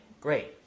great